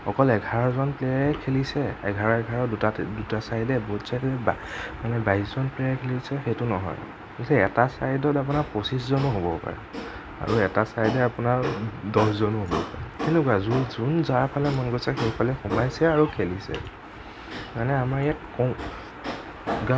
অকল এঘাৰজন প্লেয়াৰে খেলিছে এঘাৰ এঘাৰ দুটা দুটা ছাইডে ব'থ ছাইডে বা মানে বাইশজন প্লেয়াৰে খেলিছে সেইটো নহয় এটা ছাইডত আপোনাৰ পঁচিছজনো হ'ব পাৰে আৰু এটা ছাইডে আপোনাৰ দহজনো হ'ব পাৰে সেনেকুৱা যোন যোন যাৰ ফালে মন গৈছে সেইফালে সোমাইছে আৰু খেলিছে মানে আমাৰ ইয়াত কম